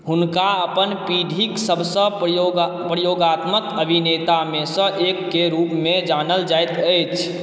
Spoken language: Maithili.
हुनका अपन पीढ़ीक सभसँ प्रयोगात्मक अभिनेतामेसँ एकके रूपमे जानल जाइत अछि